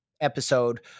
episode